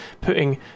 putting